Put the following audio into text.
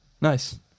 nice